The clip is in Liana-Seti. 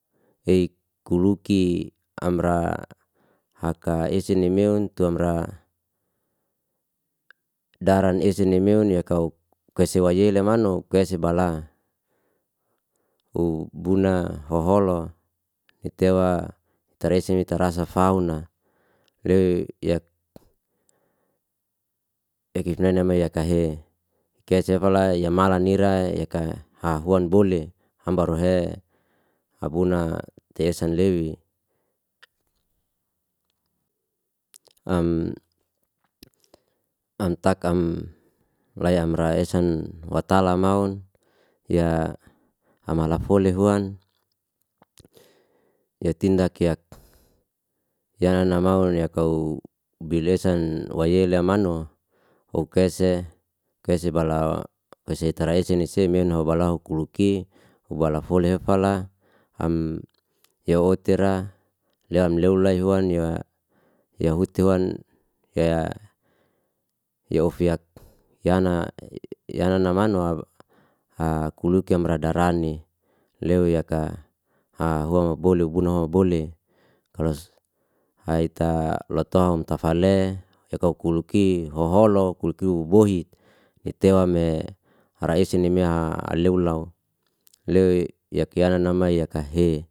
Ik kuluki amra haka esi nemeon tuamra daran esin nameon ya kauk kasewa yei la manuk kaisebala hu buna hoholo tetewa taresi metarasa faun na rewi yak yakif na nai ma yaka he kesafalae yamalan nira yaka hahuan bole hambaru he abona teesan lewi am amtakam layam raesan watalamaun ya amalafole huan yatindak yak yana ya mau nayakau bilesan wayeilamunua hokese kese bala esitaran esin na si meun ho balo hukuluki hubala fole hefala am ya wotera leam lolain huan niwa yahutehuan kaya yahufiak yana e yana namanu aba a kuluk kamradarani lewi layaka a huan bolu bunho bole kalo haita lotom tafale ye kaukulu ki ho holou kuklu bohit ne tewame araesin na ma leo lau le yakiyana nama yaka he